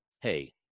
hey